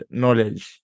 knowledge